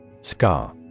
Scar